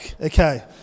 okay